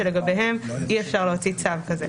שלגביהם אי-אפשר להוציא צו כזה.